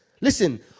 Listen